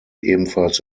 ebenfalls